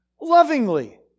Lovingly